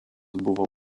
buvo